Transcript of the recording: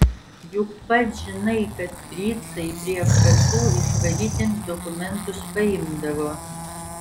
juk pats žinai kad fricai prie apkasų išvarytiems dokumentus paimdavo